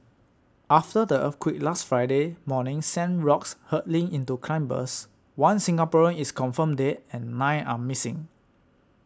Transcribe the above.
after the earthquake last Friday morning sent rocks hurtling into climbers one Singaporean is confirmed dead and nine are missing